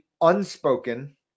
unspoken